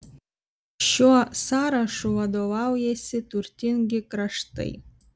šiuo sąrašu vadovaujasi turtingi kraštai